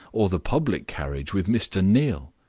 or the public carriage with mr. neal?